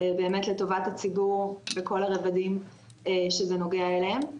באמת לטובת הציבור בכל הרבדים שזה נוגע אליהם.